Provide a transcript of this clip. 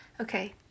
Okay